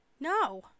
No